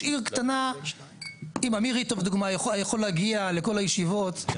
רשות הטבע והגנים, לא סתם היה פה קצת בלבול, זה